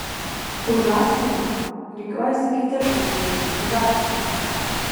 už žąsino rikiuojasi kiti žaidėjai žąsys